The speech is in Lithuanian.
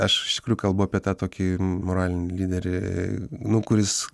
aš iš tikrųjų kalbu apie tą tokį moralinį lyderį nu kuris